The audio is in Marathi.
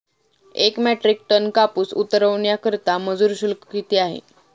एक मेट्रिक टन कापूस उतरवण्याकरता मजूर शुल्क किती आहे?